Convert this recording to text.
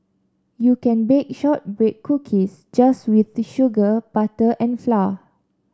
you can bake shortbread cookies just with sugar butter and flour